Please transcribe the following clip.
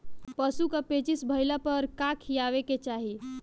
पशु क पेचिश भईला पर का खियावे के चाहीं?